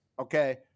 Okay